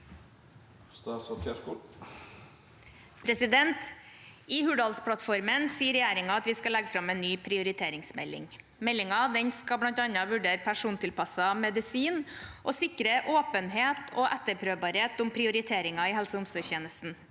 I Hurdalsplatt- formen sier regjeringen at vi skal legge fram en ny prioriteringsmelding. Meldingen skal bl.a. vurdere persontilpasset medisin og sikre åpenhet og etterprøvbarhet om prioriteringer i helse- og omsorgstjenesten.